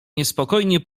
niespokojnie